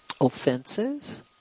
Offenses